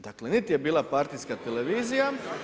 Dakle, niti je bila partijska televizija